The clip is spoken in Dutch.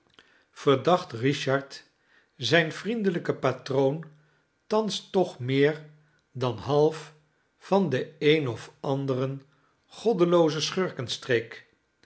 verdacht richard zijn vriendelijken patroon thans toch meer dan half van den een of anderen